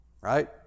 right